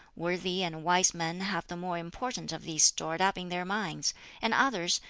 worthy and wise men have the more important of these stored up in their minds and others,